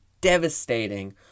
devastating